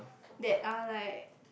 that are like